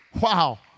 Wow